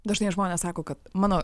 dažnai žmonės sako kad mano